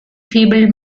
feeble